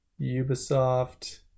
Ubisoft